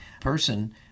person